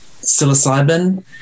psilocybin